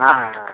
ஆ ஆ